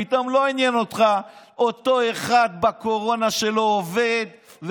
פתאום לא עניין אותך אותו אחד בקורונה שלו וכו'.